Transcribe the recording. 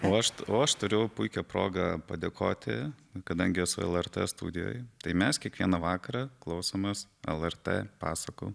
o aš o aš turiu puikią progą padėkoti kadangi esu lrt studijoj tai mes kiekvieną vakarą klausomės lrt pasakų